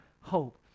hope